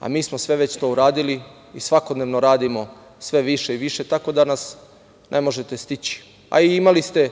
a mi smo sve već to uradili i svakodnevno radimo sve više i više, tako da nas ne možete stići, a i imali ste